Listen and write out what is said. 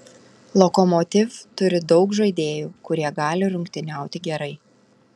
lokomotiv turi daug žaidėjų kurie gali rungtyniauti gerai